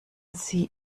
sie